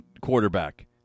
quarterback